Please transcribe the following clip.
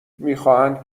میخواهند